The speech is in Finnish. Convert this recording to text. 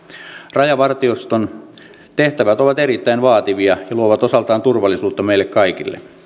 rajavartioston tehtävät ovat erittäin vaativia ja luovat osaltaan turvallisuutta meille kaikille